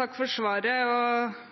Takk for svaret.